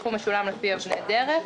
הסכום משולם לפי אבני דרך.